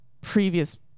previous